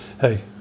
hey